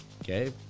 Okay